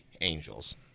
Angels